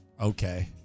Okay